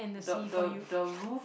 the the the roof